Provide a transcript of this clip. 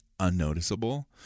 unnoticeable